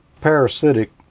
parasitic